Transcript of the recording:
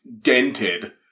dented